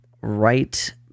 right